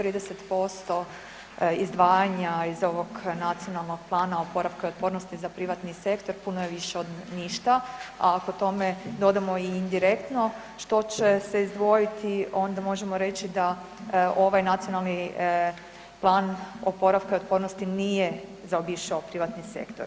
30% izdvajanja iz ovog Nacionalnog plana oporavka i otpornosti za privatni sektor puno je više od ništa, a ako tome dodamo i indirektno što će se izdvojiti, onda možemo reći da ovaj Nacionalni plan oporavka i otpornosti nije zaobišao privatni sektor.